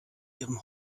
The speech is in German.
ihrem